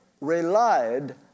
relied